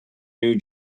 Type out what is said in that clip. new